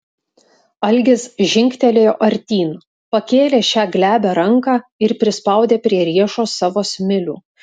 algis žingtelėjo artyn pakėlė šią glebią ranką ir prispaudė prie riešo savo smilių